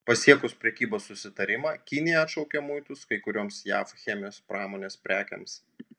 pasiekus prekybos susitarimą kinija atšaukė muitus kai kurioms jav chemijos pramonės prekėms